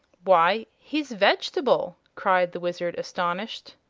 why, he's vegetable! cried the wizard, astonished.